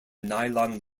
nylon